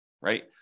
right